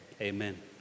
Amen